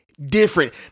different